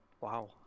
Wow